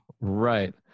Right